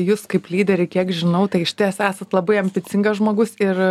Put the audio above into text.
jus kaip lyderį kiek žinau tai išties esat labai ambicingas žmogus ir